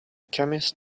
chemist